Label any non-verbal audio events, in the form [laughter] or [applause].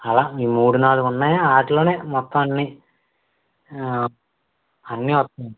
అలా ఈ మూడు నాలుగున్నాయి వాటిలోనే మొత్తం అన్నీ అన్నీ [unintelligible]